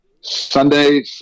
Sunday